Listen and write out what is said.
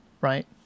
Right